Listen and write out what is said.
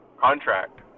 contract